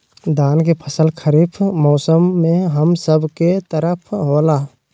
धान के फसल खरीफ मौसम में हम सब के तरफ होला